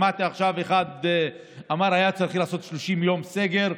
שמעתי עכשיו אחד שאמר: היה צריך לעשות 30 יום סגר.